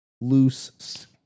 loose